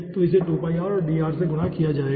तो इसे और dr में गुणा किया जाएगा